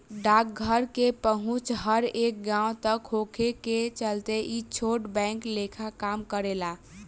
डाकघर के पहुंच हर एक गांव तक होखे के चलते ई छोट बैंक लेखा काम करेला